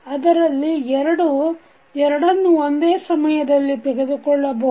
ಅದರಲ್ಲಿ ಎರಡನ್ನು ಒಂದೇ ಸಮಯದಲ್ಲಿ ತೆಗೆದುಕೊಳ್ಳಬಹುದು